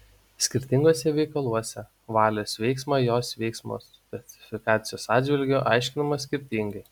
skirtinguose veikaluose valios veiksena jos veiksmo specifikacijos atžvilgiu aiškinama skirtingai